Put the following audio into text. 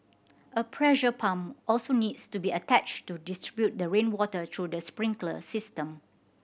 a pressure pump also needs to be attached to distribute the rainwater through the sprinkler system